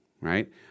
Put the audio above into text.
right